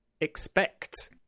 expect